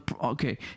Okay